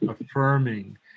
affirming